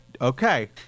okay